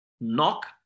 knock